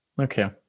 Okay